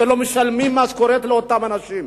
שלא משלמים שם משכורת לאנשים,